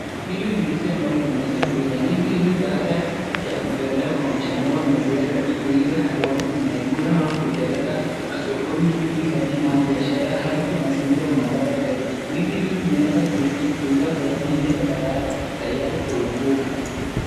Hili ni ndizi ambalo limeweza kuiva. Ndizi hili baada ya kuitolea mashambani unaeza hii kuiva alafu unaikula au kupeleka na sokoni ili kuifanyia nayo biashara alafu unaziuza unapata pesa. Ndizi hili limeweza kuiva zaidi na liko tayari kuikula.